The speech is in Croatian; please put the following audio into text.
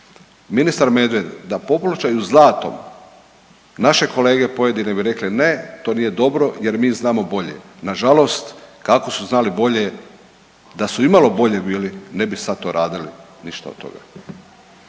ministar Medved, da popločaju zlatom naše kolege, pojedini bi rekli ne, to nije dobro jer mi znamo bolje. Nažalost kako su znali bolje, da su imalo bolje bili, ne bi sad to radili ništa od toga.